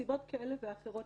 מסיבות כאלה ואחרות,